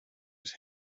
was